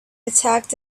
attacked